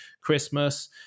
Christmas